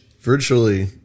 Virtually